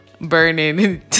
burning